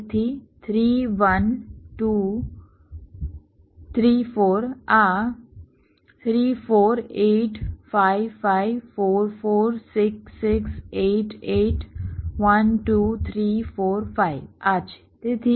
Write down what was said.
તેથી 3 1 2 3 4 આ 3 4 8 5 5 4 4 6 6 8 8 1 2 3 4 5 આ છે